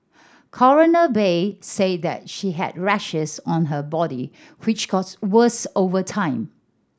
Coroner Bay said that she had rashes on her body which got's worse over time